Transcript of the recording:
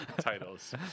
titles